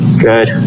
Good